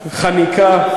חניקה.